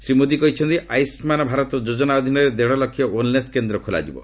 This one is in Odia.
ଶ୍ରୀ ମୋଦି କହିଛନ୍ତି ଆୟୁଷ୍କାନ ଭାରତ ଯୋଜନା ଅଧୀନରେ ଦେଡ଼ଲକ୍ଷ ଓ୍ବେଲନେସ୍ କେନ୍ଦ୍ର ଖୋଲାଯିବ